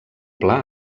pla